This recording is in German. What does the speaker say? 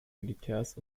militärs